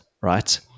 right